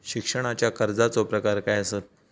शिक्षणाच्या कर्जाचो प्रकार काय आसत?